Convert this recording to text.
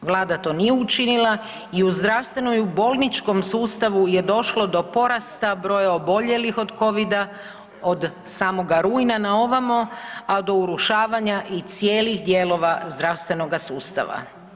Vlada to nije učinila i u zdravstvenom i u bolničkom sustavu je došlo do porasta broja oboljelih od covida, od samoga rujna na ovamo, a do urušavanja i cijelih dijelova zdravstvenoga sustava.